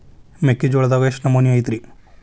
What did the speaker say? ಮೆಕ್ಕಿಜೋಳದಾಗ ಎಷ್ಟು ನಮೂನಿ ಐತ್ರೇ?